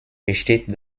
besteht